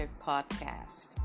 Podcast